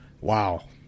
wow